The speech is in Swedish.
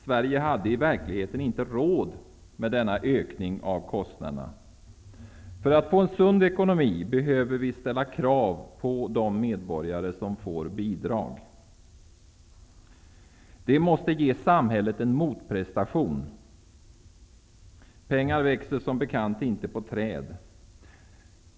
Sverige hade i verkligheten inte råd med denna ökning av kostnaderna. För att få en sund ekonomi behöver vi ställa krav på de medborgare som får bidrag. De måste ge samhället en motprestation. Pengar växer som bekant inte på träd.